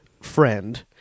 friend